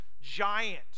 giant